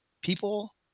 people